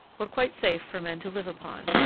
were quite safe for men to live upon.